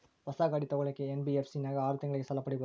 ಹೊಸ ಗಾಡಿ ತೋಗೊಳಕ್ಕೆ ಎನ್.ಬಿ.ಎಫ್.ಸಿ ನಾಗ ಆರು ತಿಂಗಳಿಗೆ ಸಾಲ ಪಡೇಬೋದ?